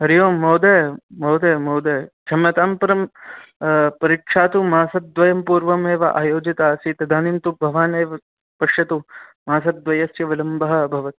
हरिः ओं महोदय महोदय महोदय क्षम्यतां परं परीक्षा तु मासद्वयं पूर्वमेव आयोजिता आसीत् तदानीं तु भवानेव पश्यतु मासद्वयस्य विलम्बः अभवत्